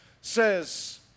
says